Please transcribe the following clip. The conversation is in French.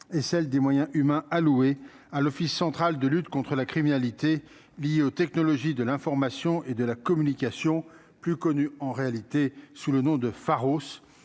et celle des moyens humains alloués à l'Office central de lutte contre la criminalité liée aux technologies de l'information et de la communication, plus connu en réalité sous le nom de Pharos